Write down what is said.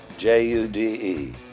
J-U-D-E